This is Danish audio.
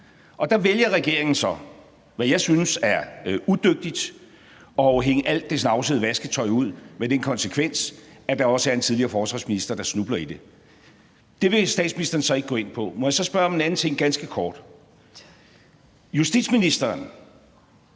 så? Der vælger regeringen så, hvad jeg synes er udygtigt, at hænge alt det snavsede vasketøj ud med den konsekvens, at der også er en tidligere forsvarsminister, der snubler i det. Det vil statsministeren så ikke gå ind i. Må jeg så spørge om en anden ting ganske kort? Justitsministeren